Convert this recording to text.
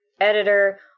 editor